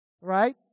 right